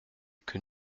que